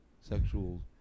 sexual